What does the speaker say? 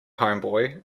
homeboy